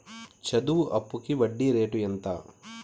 చదువు అప్పుకి వడ్డీ రేటు ఎంత?